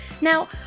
Now